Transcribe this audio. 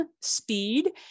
Speed